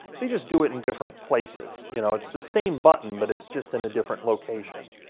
they just do it in different places. you know, it's the same button, but it's just in a different location.